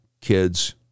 kids